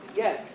yes